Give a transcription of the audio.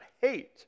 hate